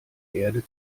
erde